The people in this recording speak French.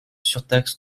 surtaxe